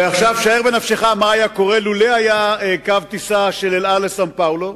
ועכשיו שער בנפשך מה היה קורה לולא היה קו טיסה של "אל על" לסאו-פאולו.